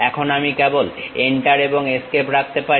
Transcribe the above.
এখন আমি কেবল এন্টার এবং এস্কেপ রাখতে পারি